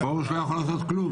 פרוש לא יכול לעשות כלום.